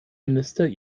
minister